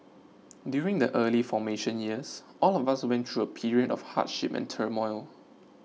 during the early formation years all of us went through a period of hardship and turmoil